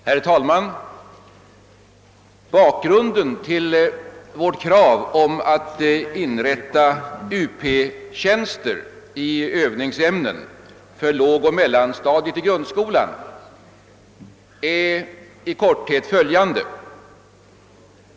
Herr talman! Bakgrunden till vårt krav om inrättande av Up-tjänster i övningsämnen för lågoch mellanstadiet i grundskolan är i korthet följande.